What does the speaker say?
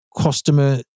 customer